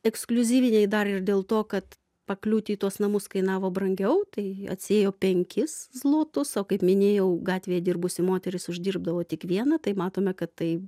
ekskliuzyviniai dar ir dėl to kad pakliūti į tuos namus kainavo brangiau tai atsiėjo penkis zlotus o kaip minėjau gatvėje dirbusi moteris uždirbdavo tik vieną tai matome kad tai